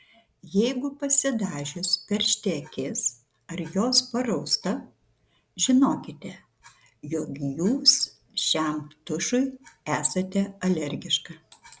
jeigu pasidažius peršti akis ar jos parausta žinokite jog jūs šiam tušui esate alergiška